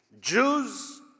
Jews